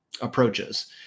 approaches